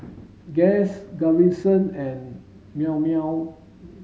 Guess Gaviscon and Llao Llao